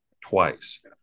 twice